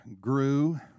grew